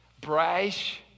brash